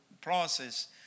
process